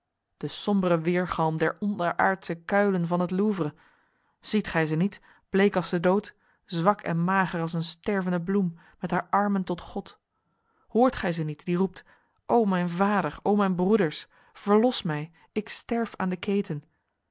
de sombre weergalm der onderaardse kuilen van het louvre ziet gij ze niet bleek als de dood zwak en mager als een stervende bloem met haar armen tot god hoort gij ze niet die roept o mijn vader mijn broeders verlos mij ik sterf aan de keten